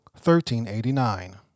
1389